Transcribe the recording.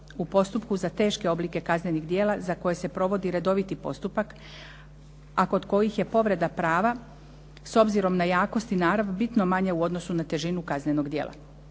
u postupku za teške oblike kaznenih djela za koje se provodi redoviti postupak a kod kojih je povreda prava s obzirom na jakost i narav bitno manje u odnosu na težinu kaznenog djela.